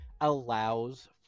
allows